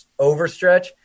overstretch